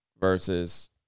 Versus